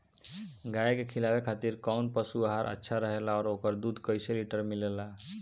गाय के खिलावे खातिर काउन पशु आहार अच्छा रहेला और ओकर दुध कइसे लीटर मिलेला?